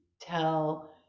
tell